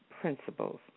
principles